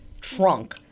trunk